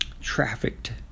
trafficked